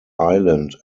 island